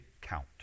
count